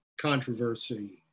controversy